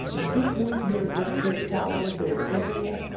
get with your director of quality for your area,